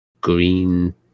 Green